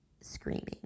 screaming